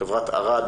חברת ארד,